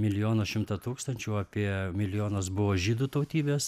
milijono šimto tūkstančių apie milijonas buvo žydų tautybės